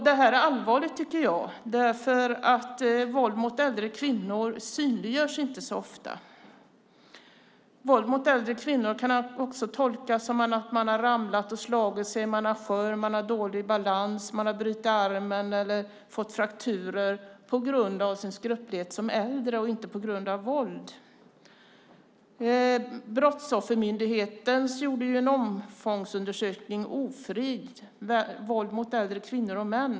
Det här är allvarligt. Våld mot äldre kvinnor synliggörs inte så ofta. Våld mot äldre kvinnor kan också tolkas som att man har ramlat och slagit sig, att man har dålig balans, att man har brutit armen eller fått frakturer på grund av sin skröplighet som äldre och inte på grund av våld. Brottsoffermyndigheten gjorde en omfångsundersökning, Ofrid? Våld mot äldre kvinnor och män .